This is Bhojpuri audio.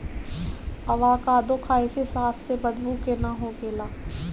अवाकादो खाए से सांस में बदबू के ना होखेला